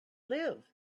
live